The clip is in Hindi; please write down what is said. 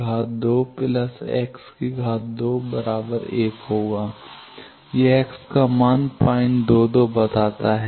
2 1 यह x का मान 022 बताता है